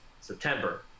september